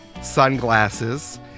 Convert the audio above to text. sunglasses